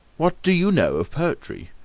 what do you know of poetry?